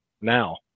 now